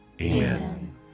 Amen